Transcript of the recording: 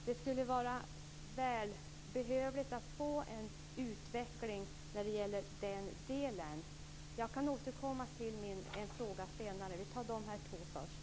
Det skulle vara välbehövligt att få veta detta. Jag kan återkomma med ytterligare en fråga senare. Vi tar de här två först.